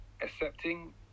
Accepting